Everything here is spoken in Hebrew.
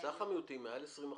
סך המיעוטים מעל 20%,